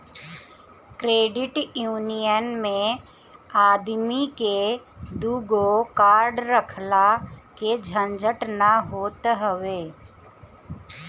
credit union मे आदमी के दूगो कार्ड रखला के झंझट ना होत हवे